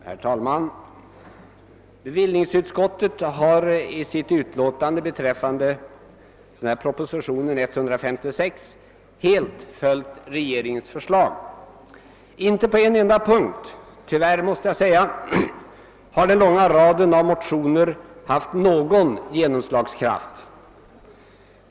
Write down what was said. Herr talman! Bevillningsutskottet har i sitt betänkande över propositionen 156 helt följt regeringens förslag. Tyvärr har den långa raden av motioner inte på en enda punkt haft någon genomslagskraft.